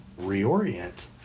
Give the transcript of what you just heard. reorient